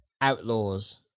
outlaws